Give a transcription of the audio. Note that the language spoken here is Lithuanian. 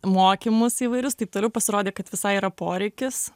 mokymus įvairius taip toliau pasirodė kad visai yra poreikis